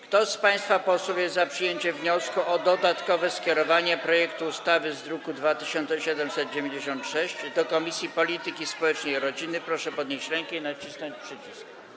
Kto z państwa posłów jest za przyjęciem wniosku o dodatkowe skierowanie projektu ustawy z druku nr 2796 do Komisji Polityki Społecznej i Rodziny, proszę podnieść rękę i nacisnąć przycisk.